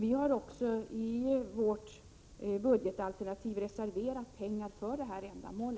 Vi har också i vårt budgetalternativ reserverat pengar för detta ändamål.